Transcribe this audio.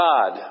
God